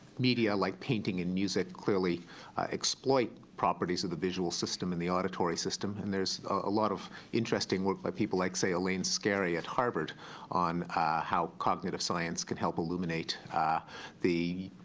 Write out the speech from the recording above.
media, like painting and music, clearly exploit properties of the visual system and the auditory system and there's a lot of interesting work by people like, say, elaine scarry at harvard on how cognitive science can help illuminate the